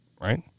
right